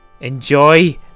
Enjoy